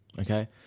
Okay